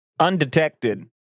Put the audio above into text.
undetected